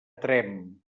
tremp